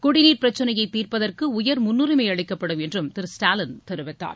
குடிநீர் பிரச்னையை தீர்ப்பதற்கு உயர் முன்னுரிமை அளிக்கப்படும் என்றும் திரு ஸ்டாலின் தெரிவித்தார்